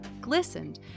glistened